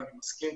אני מסכים,